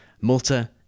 Malta